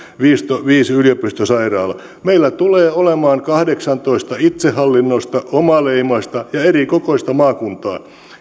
viisi viisi yliopistosairaalaa meillä tulee olemaan kahdeksantoista itsehallinnollista omaleimaista ja erikokoista maakuntaa